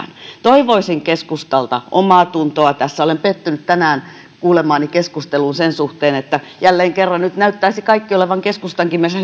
toivoisin keskustalta omaatuntoa tässä olen pettynyt tänään kuulemaani keskusteluun sen suhteen että jälleen kerran nyt näyttäisi kaikki olevan keskustankin